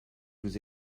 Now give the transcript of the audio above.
vous